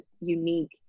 unique